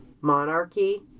monarchy